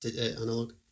analog